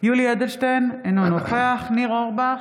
יולי יואל אדלשטיין, אינו נוכח ניר אורבך,